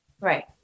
Right